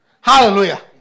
Hallelujah